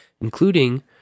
including